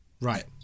Right